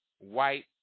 white